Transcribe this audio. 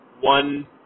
one